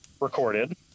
recorded